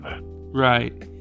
Right